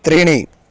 त्रीणि